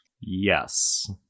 Yes